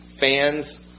Fans